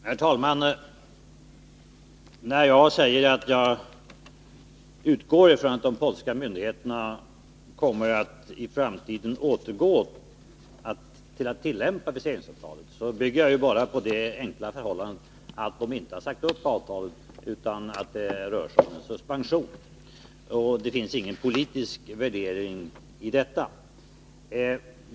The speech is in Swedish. Herr talman! När jag säger att jag utgår från att de polska myndigheterna i framtiden kommer att återgå till att tillämpa viseringsfrihetsavtalet, bygger jag detta på det enkla förhållandet att de inte har sagt upp avtalet, utan att det rör sig om en suspension. Det ligger ingen politiskt värdering i detta.